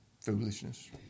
Foolishness